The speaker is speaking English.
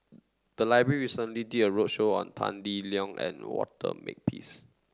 the library recently did a roadshow on Tan Lee Leng and Walter Makepeace